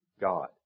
God